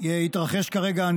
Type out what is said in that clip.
יתרחש כרגע.